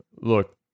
Look